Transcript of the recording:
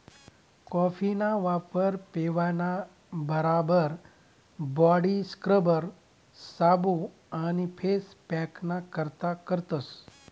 कॉफीना वापर पेवाना बराबर बॉडी स्क्रबर, साबू आणि फेस पॅकना करता करतस